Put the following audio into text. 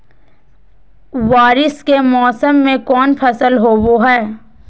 बारिस के मौसम में कौन फसल होबो हाय?